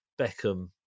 beckham